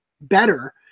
Better